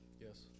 Yes